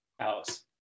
Alice